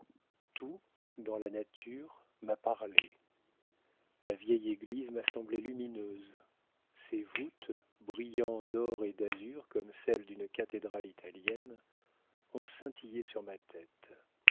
tout dans la nature m'a parlé la vieille église m'a semblé lumineuse ses voûtes brillant d'or et d'azur comme celles d'une cathédrale italienne ont scintillé sur ma tête